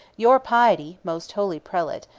your piety, most holy prelate,